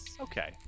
Okay